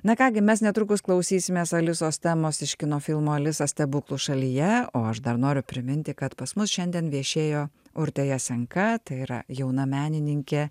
na ką gi mes netrukus klausysimės alisos temos iš kino filmo alisa stebuklų šalyje o aš dar noriu priminti kad pas mus šiandien viešėjo urtė jasenka tai yra jauna menininkė